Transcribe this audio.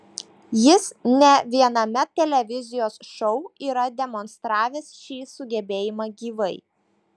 jis ne viename televizijos šou yra demonstravęs šį sugebėjimą gyvai